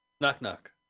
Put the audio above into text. Knock-knock